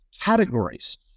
categories